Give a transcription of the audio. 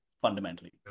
fundamentally